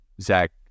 zach